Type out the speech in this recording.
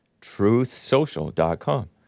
truthsocial.com